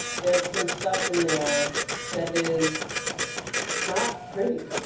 there's some stuff in there that is not pretty.